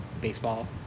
baseball